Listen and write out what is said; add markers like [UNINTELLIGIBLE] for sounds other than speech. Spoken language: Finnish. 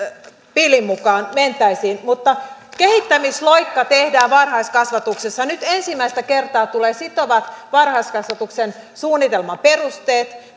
pillin mukaan mentäisiin mutta kehittämisloikka tehdään varahaiskasvatuksessa nyt ensimmäistä kertaa tulee sitovat varhaiskasvatuksen suunnitelmaperusteet [UNINTELLIGIBLE]